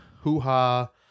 hoo-ha